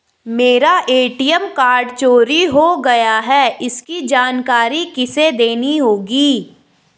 मेरा ATM card चोरी हो गया है इसकी जानकारी किसे देनी होगी?